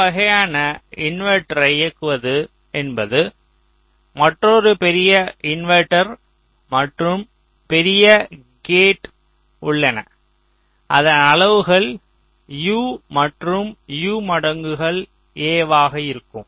இந்த வகையான இன்வெர்ட்டர்யை இயக்குவது என்பது மற்றொரு பெரிய இன்வெர்ட்டர் மற்றும் பெரிய கேட் உள்ளன அதன் அளவுகள் U மற்றும் U மடங்குகள் A ஆக இருக்கும்